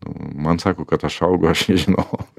man sako kad aš augu aš nežinau